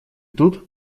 тут